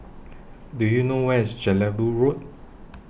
Do YOU know Where IS Jelebu Road